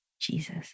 Jesus